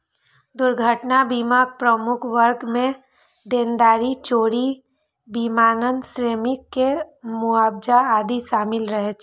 दुर्घटना बीमाक प्रमुख वर्ग मे देनदारी, चोरी, विमानन, श्रमिक के मुआवजा आदि शामिल रहै छै